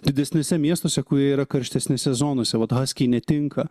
didesniuose miestuose kurie yra karštesnėse zonose vat haskiai netinka